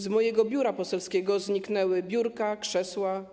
Z mojego biura poselskiego zniknęły biurka, krzesła.